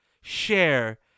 share